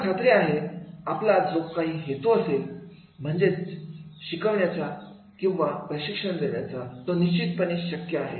मला खात्री आहे आपला जो काही हेतू असेल म्हणजेच शिकवण्याचा किंवा प्रशिक्षण देण्याचा तो निश्चितपणे शक्य आहे